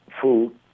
food